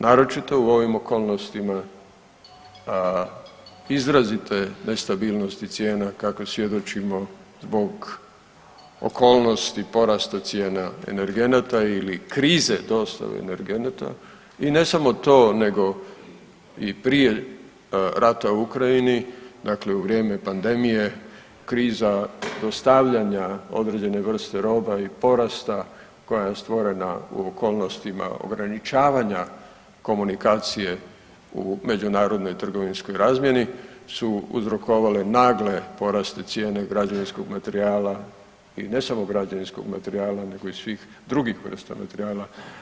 Naročito u ovim okolnostima izrazite nestabilnosti cijena kakve svjedočimo zbog okolnosti porasta cijena energenata ili krize dostave energenata i ne samo to nego i prije rata u Ukrajini, dakle u vrijeme pandemije, kriza dostavljanja određene vrste roba i porasta koja je stvorena u okolnostima ograničavanja komunikacije u međunarodnoj trgovinskoj razmjeni su uzrokovale nagle porasti cijene građevinskog materijala i ne samo građevinskog materijala nego i svih drugih vrsta materijala.